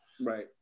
Right